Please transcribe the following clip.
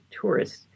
tourists